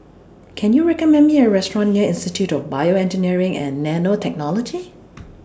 Can YOU recommend Me A Restaurant near Institute of Bioengineering and Nanotechnology